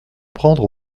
prendre